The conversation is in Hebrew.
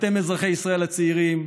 אתם אזרחי ישראל הצעירים,